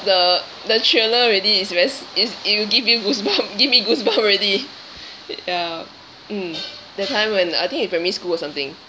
the the trailer already is very s~ it's it will give you goosebumps give me goosebumps already ya mm that time when I think in primary school or something